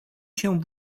się